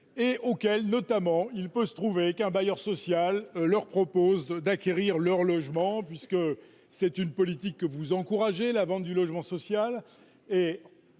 et auquel notamment, il peut se trouver qu'un bailleur social leur propose d'acquérir leur logement, puisque c'est une politique que vous encourager la vente du logement social